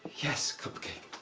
yes, cupcake?